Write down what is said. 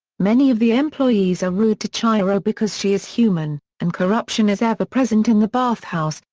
many of the employees are rude to chihiro because she is human, and corruption is ever-present in the bathhouse,